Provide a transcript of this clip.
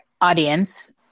audience